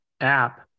app